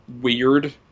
weird